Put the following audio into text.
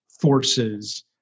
forces